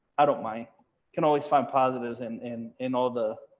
i don't mind can always find positives and in in all the.